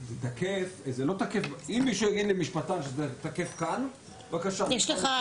אם משפטן יאמר לי שזה תקף כאן, בסדר.